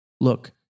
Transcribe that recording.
Look